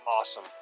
awesome